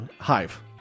Hive